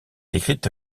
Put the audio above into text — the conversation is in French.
écrite